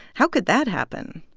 how could that happen?